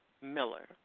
Miller